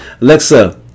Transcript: alexa